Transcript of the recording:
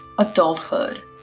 adulthood